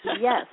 Yes